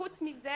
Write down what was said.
חוץ מזה,